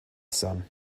son